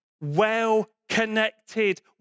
well-connected